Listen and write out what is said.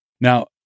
Now